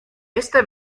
esta